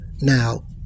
Now